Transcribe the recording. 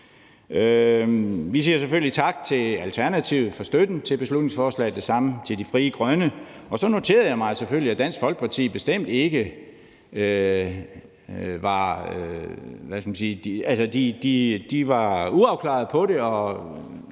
Vi siger selvfølgelig tak til Alternativet for støtten til beslutningsforslaget og det samme til Frie Grønne. Så noterede jeg mig selvfølgelig, at Dansk Folkeparti var uafklaret omkring